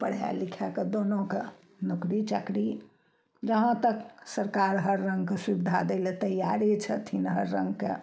आओर पढ़ा लिखाके दोनोके नौकरी चाकरी जहाँ तक सरकार हर रङ्गके सुविधा दै लए तैयारे छथिन हर रङ्गके